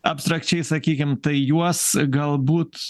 abstrakčiai sakykim tai juos galbūt